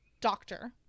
doctor